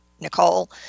Nicole